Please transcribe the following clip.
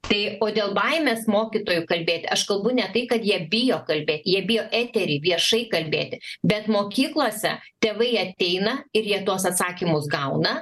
tai o dėl baimės mokytojų kalbėt aš kalbu ne tai kad jie bijo kalbėt jie bijo etery viešai kalbėti bet mokyklose tėvai ateina ir jie tuos atsakymus gauna